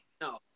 No